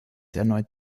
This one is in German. erneut